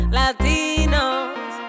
latinos